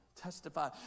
testify